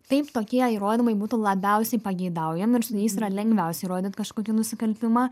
taip tokie įrodymai būtų labiausiai pageidaujami su jais yra lengviausia įrodyt kažkokį nusikaltimą